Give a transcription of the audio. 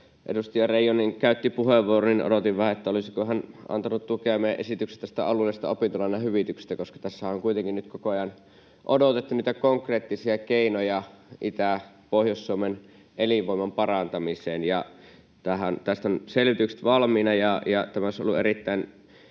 edustaja Reijonen käytti puheenvuoron, ja odotin vähän, olisiko hän antanut tukea meidän esitykselle tästä alueellisesta opintolainahyvityksestä, koska tässähän on kuitenkin nyt koko ajan odotettu niitä konkreettisia keinoja Itä- ja Pohjois-Suomen elinvoiman parantamiseen. Tästä on selvitykset valmiina, ja tämä olisi ollut erittäin